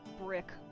brick